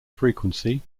frequency